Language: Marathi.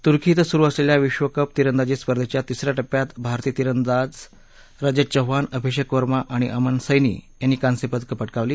तुर्की इथं सुरु असलेल्या विश्व कप तिरंदाजी स्पर्धेच्या तिसऱ्या टप्प्यात भारतीय तिरंदाज रजत चौहान अभिषेक वर्मा आणि अमन सैनि यांनी कांस्य पदक पटकावलं